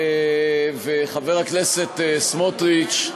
וחבר הכנסת סמוטריץ,